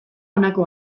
honako